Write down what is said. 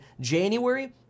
january